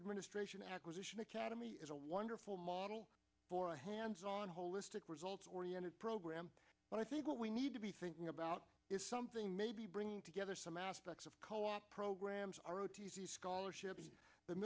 administration acquisition academy is a wonderful model for a hands on holistic results oriented program but i think what we need to be thinking about is something maybe bringing together some aspects of co op programs are o t c scholarship